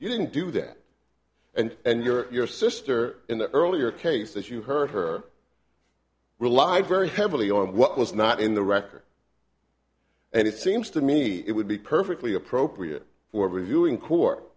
you didn't do that and and your sister in the earlier case that you heard her relied very heavily on what was not in the record and it seems to me it would be perfectly appropriate for reviewing court